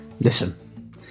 Listen